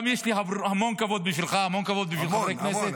גם יש לי המון כבוד אליך ואל חברי כנסת -- המון,